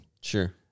Sure